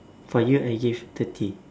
for you I give thirty